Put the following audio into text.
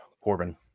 Corbin